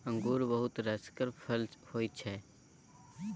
अंगुर बहुत रसगर फर होइ छै